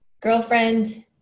Girlfriend